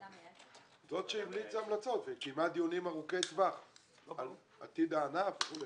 זאת שהמליצה המלצות וקיימה דיונים ארוכי טווח על עתיד הענף וכו',